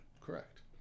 Correct